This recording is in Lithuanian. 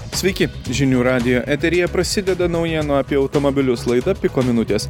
sveiki žinių radijo eteryje prasideda naujienų apie automobilius laida piko minutės